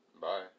Bye